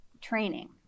training